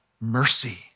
mercy